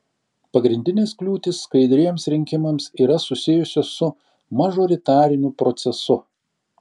pagrindinės kliūtys skaidriems rinkimams yra susijusios su mažoritariniu procesu